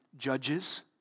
Judges